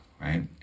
right